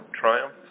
triumph